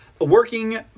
working